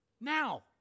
now